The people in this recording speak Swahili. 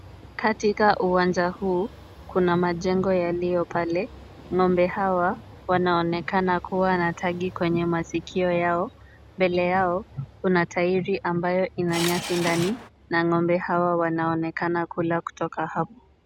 Katika uwanja huu kuna majengo yaliyo pale. Ng'ombe hawa wanaonekana kuwa na tagi kwenye masikio yao. Mbele yao kuna tairi ambayo ina nyasi ndani na ng'ombe hawa wanaonekana kula kutoka hapo.